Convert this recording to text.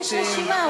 יש רשימה.